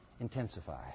Intensify